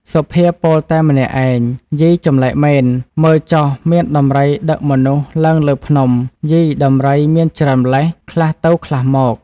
សុភាពោលតែម្នាក់ឯង យី ចម្លែកមែន មើលចុះ មានដំរីដឹកមនុស្សឡើងលើភ្នំ យី ដំរីមានច្រើនម៉្លេះ ខ្លះទៅខ្លះមក។